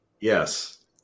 yes